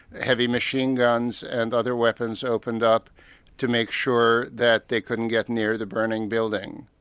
heavy machine guns and other weapons opened up to make sure that they couldn't get near the burning building.